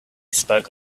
spoke